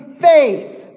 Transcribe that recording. faith